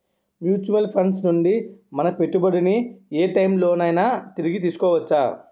Mutual funds నుండి మన పెట్టుబడిని ఏ టైం లోనైనా తిరిగి తీసుకోవచ్చా?